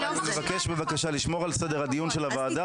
אני מבקש בבקשה לשמור על סדר הדיון של הוועדה